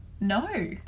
No